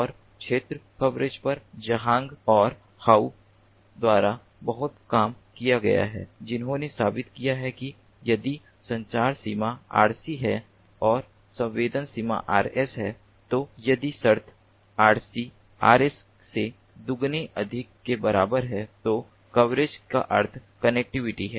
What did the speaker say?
और क्षेत्र कवरेज पर Zhang और Hou द्वारा बहुत काम किया गया है जिन्होंने साबित किया है कि यदि संचार सीमा Rc है और संवेदन सीमा Rs है तो यदि शर्त Rc Rs से दुगने अधिक के बराबर है तो कवरेज का अर्थ कनेक्टिविटी है